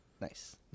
nice